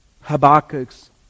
Habakkuk's